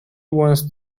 wants